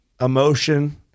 emotion